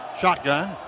shotgun